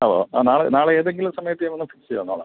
ആ ഓ ആ നാളെ നാളെ ഏതെങ്കിലും സമയത്ത് ഞാൻ വന്ന് ഫിക്സ് ചെയ്ത് തന്നോളാം